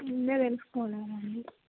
ముందే తెలుసుకోగలగాలి